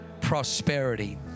prosperity